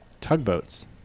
tugboats